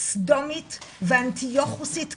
סדומית ואנטיוכוסית כזו.